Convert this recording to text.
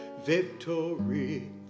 Victory